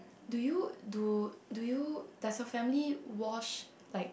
do you do do you does your family wash like